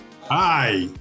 Hi